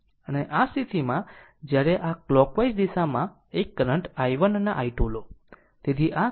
અને આ સ્થિતિમાં જ્યારે આ કલોકવાઈઝ દિશામાં એક કરંટ i1 અને i2 લો